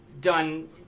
done